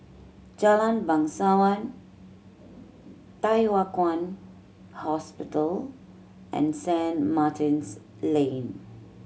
Jalan Bangsawan Thye Hua Kwan Hospital and Saint Martin's Lane